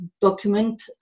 document